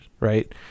Right